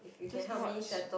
just watch